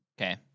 Okay